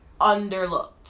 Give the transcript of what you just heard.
underlooked